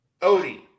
Odie